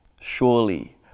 Surely